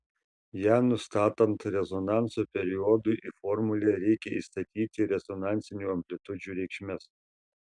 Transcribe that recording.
ją nustatant rezonanso periodui į formulę reikia įstatyti rezonansinių amplitudžių reikšmes